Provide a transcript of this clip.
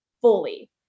fully